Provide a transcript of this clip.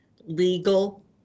legal